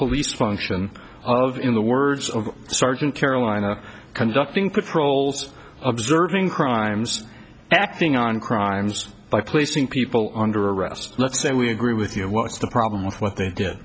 police function of in the words of sergeant carolina conducting patrols observing crimes acting on crimes by placing people under arrest let's say we agree with you what's the problem with what they did